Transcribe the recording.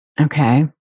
Okay